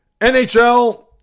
NHL